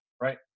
right